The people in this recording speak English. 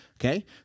Okay